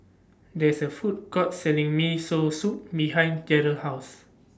There IS A Food Court Selling Miso Soup behind Gerald's House